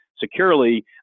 securely